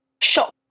shock